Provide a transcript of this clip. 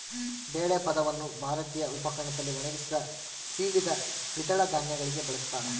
ಬೇಳೆ ಪದವನ್ನು ಭಾರತೀಯ ಉಪಖಂಡದಲ್ಲಿ ಒಣಗಿಸಿದ, ಸೀಳಿದ ದ್ವಿದಳ ಧಾನ್ಯಗಳಿಗೆ ಬಳಸ್ತಾರ